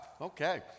okay